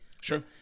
sure